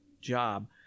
job